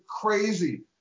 crazy